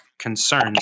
concerns